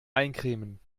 eincremen